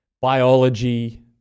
biology